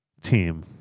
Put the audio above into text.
team